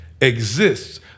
exists